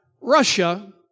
Russia